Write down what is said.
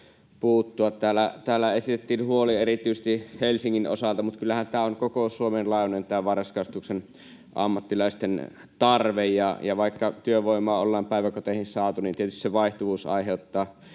Täällä esitettiin huoli erityisesti Helsingin osalta, mutta kyllähän tämä varhaiskasvatuksen ammattilaisten tarve on koko Suomen laajuinen, ja vaikka työvoimaa ollaan päiväkoteihin saatu, niin tietysti se vaihtuvuus aiheuttaa